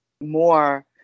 more